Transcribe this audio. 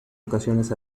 ocasiones